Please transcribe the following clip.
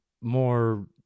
more